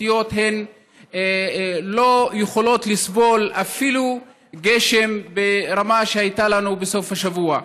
התשתיות לא יכולות לסבול אפילו גשם ברמה שהייתה לנו בסוף השבוע.